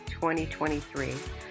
2023